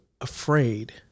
afraid